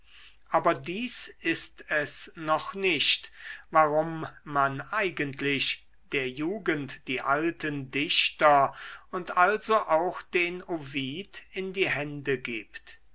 aber dies ist es noch nicht warum man eigentlich der jugend die alten dichter und also auch den ovid in die hände gibt